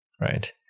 right